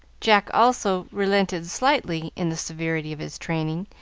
jack, also, relented slightly in the severity of his training,